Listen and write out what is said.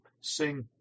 sing